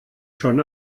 schon